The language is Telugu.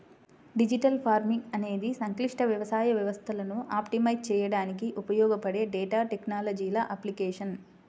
డిజిటల్ ఫార్మింగ్ అనేది సంక్లిష్ట వ్యవసాయ వ్యవస్థలను ఆప్టిమైజ్ చేయడానికి ఉపయోగపడే డేటా టెక్నాలజీల అప్లికేషన్